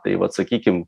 tai vat sakykim